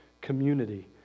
community